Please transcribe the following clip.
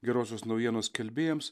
gerosios naujienos skelbėjams